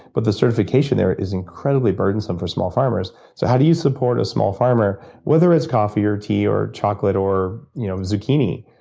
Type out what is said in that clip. but the certification there is incredibly burdensome for small farmers so how do you support a small farmer whether it's coffee, or tea, or chocolate or you know zucchini?